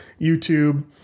YouTube